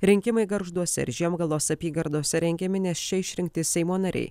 rinkimai gargžduose ir žiemgalos apygardose rengiami nes čia išrinkti seimo nariai